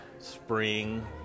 spring